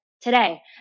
today